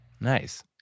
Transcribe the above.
Nice